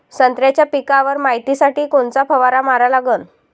संत्र्याच्या पिकावर मायतीसाठी कोनचा फवारा मारा लागन?